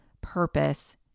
purpose